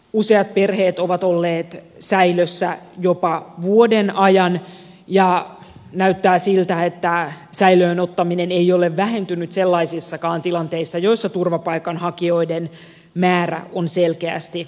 useat perheet ovat olleet säilössä jopa vuoden ajan ja näyttää siltä että säilöön ottaminen ei ole vähentynyt sellaisissakaan tilanteissa joissa turvapaikanhakijoiden määrä on selkeästi vähentynyt